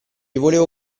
volevo